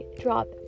drop